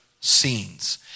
scenes